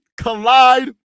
collide